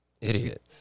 Idiot